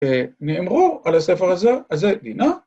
נאמרו על הספר הזה, אז זה דינה